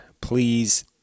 please